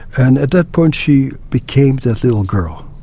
and at that point she became that little girl.